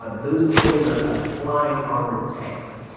ah those things are like flying armored tanks.